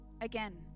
again